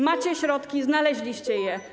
Macie środki, znaleźliście je.